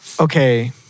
Okay